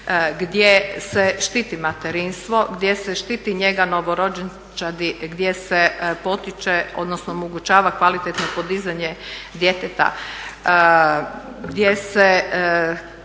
gdje se štiti materinstvo, gdje se štiti njega novorođenčadi, gdje se potiče odnosno omogućava kvalitetno podizanje djeteta, gdje se